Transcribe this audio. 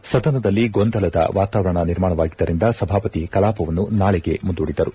ಇದರಿಂದಾಗಿ ಸದನದಲ್ಲಿ ಗೊಂದಲ ವಾತಾವರಣ ನಿರ್ಮಾಣವಾಗಿದ್ದರಿಂದ ಸಭಾಪತಿ ಕಲಾಪವನ್ನು ನಾಳೆಗೆ ಮುಂದೂಡಿದರು